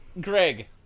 Greg